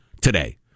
Today